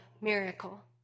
miracle